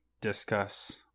discuss